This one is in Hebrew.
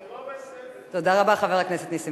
אני בסך הכול רוצה לכבות את השרפה.